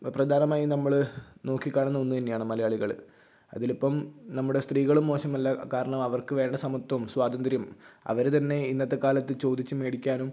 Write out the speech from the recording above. പ്രധാനമായും നമ്മള് നോക്കി കാണുന്ന ഒന്ന് തന്നെയാണ് മലയാളികള് അതിലിപ്പം നമ്മുടെ സ്ത്രീകള് മോശമല്ല കാരണം അവർക്ക് വേണ്ട സമത്വം സ്വാതന്ത്ര്യം അവര് തന്നെ ഇന്നത്തെ കാലത്ത് ചോദിച്ച് മേടിക്കാനും